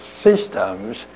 systems